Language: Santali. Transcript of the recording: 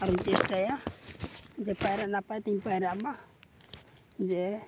ᱟᱨᱤᱧ ᱪᱮᱥᱴᱟᱭᱟ ᱡᱮ ᱯᱟᱭᱨᱟᱜ ᱱᱟᱯᱟᱭᱛᱮᱧ ᱯᱟᱭᱨᱟᱜ ᱢᱟ ᱡᱮ